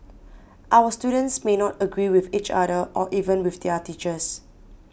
our students may not agree with each other or even with their teachers